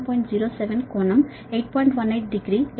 07 కోణం 8